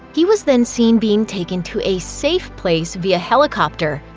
he was then seen being taken to a safe place via helicopter,